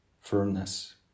firmness